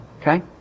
Okay